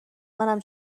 منم